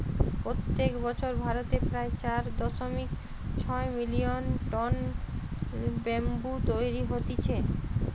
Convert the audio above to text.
প্রত্যেক বছর ভারতে প্রায় চার দশমিক ছয় মিলিয়ন টন ব্যাম্বু তৈরী হতিছে